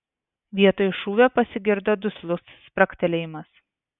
vietoj šūvio pasigirdo duslus spragtelėjimas